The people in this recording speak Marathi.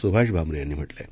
सुभाष भामरे यांनी म्हटलं आहे